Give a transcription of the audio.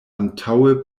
antaŭe